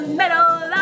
middle